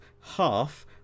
half